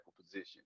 position